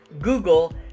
Google